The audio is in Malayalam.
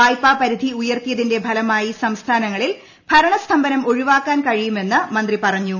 വായ്പാ പരിധി ഉയർത്തിയതിന്റെ ഫലമായി സംസ്ഥാനങ്ങളിൽ ഭരണ സ്തംഭനം ഒഴിവാക്കാൻ കഴിയുമെന്ന് മന്ത്രി പറഞ്ഞു